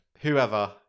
Whoever